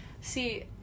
See